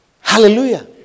Hallelujah